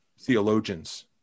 theologians